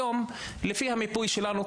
היום לפי המיפוי שלנו,